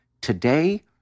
Today